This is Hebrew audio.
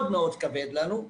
זה מאוד כבד לנו.